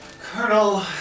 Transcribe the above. Colonel